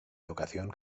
educación